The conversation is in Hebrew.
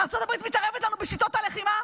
ארצות הברית מתערבת לנו בשיטות הלחימה.